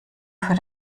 für